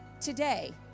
today